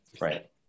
Right